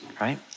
right